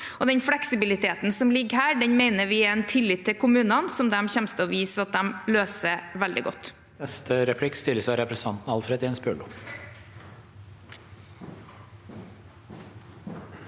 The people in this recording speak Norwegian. den fleksibiliteten som ligger her, mener vi er en tillit til kommunene, og de kommer til å vise at de løser dette veldig godt.